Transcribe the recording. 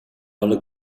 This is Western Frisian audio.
alle